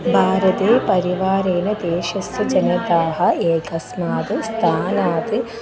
भारते परिवारेण देशस्य जनताः एकस्माद् स्थानात्